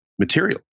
material